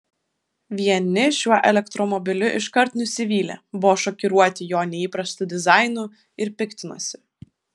vieni šiuo elektromobiliu iškart nusivylė buvo šokiruoti jo neįprastu dizainu ir piktinosi